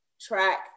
track